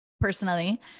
personally